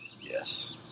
Yes